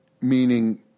meaning